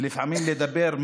ולפעמים לדבר,